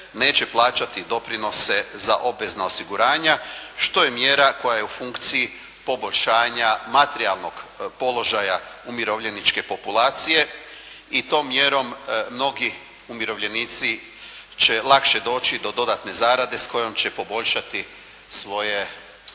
neće plaćati doprinose za obvezna osiguranja, što je mjera koja je u funkciji poboljšanja materijalnog položaja umirovljeničke populacije. I tom mjerom mnogi umirovljenici će lakše doći do dodatne zarade s kojom će poboljšati svoje